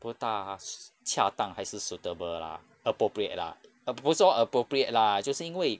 不大恰当还是 suitable lah appropriate lah ah 不过说 appropriate lah 就是因为